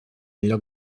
lloc